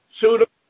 Suitable